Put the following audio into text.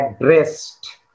addressed